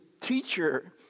teacher